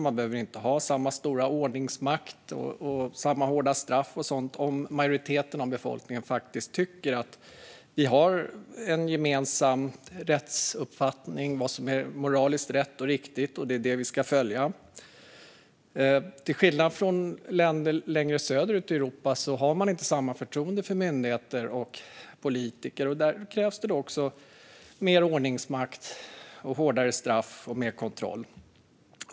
Det behövs inte en lika stor ordningsmakt och lika hårda straff om majoriteten av befolkningen faktiskt har en gemensam rättsuppfattning och en gemensam uppfattning om vad som är moraliskt rätt och riktigt och vad man ska följa. I länder längre söderut i Europa har man inte samma förtroende för myndigheter och politiker, och där krävs det också mer ordningsmakt, hårdare straff och mer kontroll.